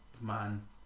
man